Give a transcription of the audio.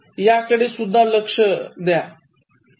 याकडे सुद्धा लक्ष दिल पाहिजे